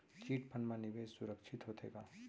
Chit fund मा निवेश सुरक्षित होथे का?